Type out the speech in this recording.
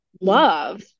love